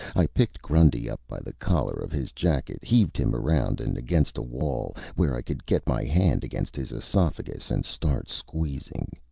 i picked grundy up by the collar of his jacket, heaved him around and against a wall, where i could get my hand against his esophagus and start squeezing.